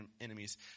enemies